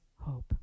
hope